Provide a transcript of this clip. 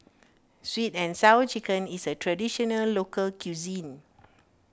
Sweet and Sour Chicken is a Traditional Local Cuisine